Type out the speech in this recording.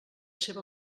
seva